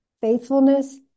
faithfulness